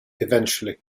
eventually